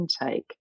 intake